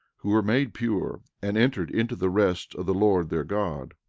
who were made pure and entered into the rest of the lord their god.